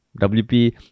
WP